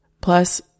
Plus